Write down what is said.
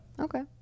Okay